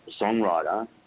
songwriter